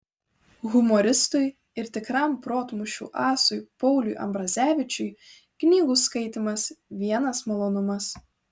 humoristui ir tikram protmūšių asui pauliui ambrazevičiui knygų skaitymas vienas malonumas